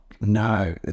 no